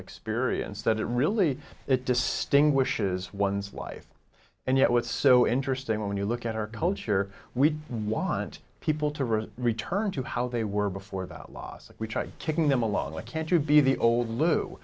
experience that it really it distinguishes one's life and yet what's so interesting when you look at our culture we want people to really return to how they were before about loss and we try taking them along what can't you be the old lou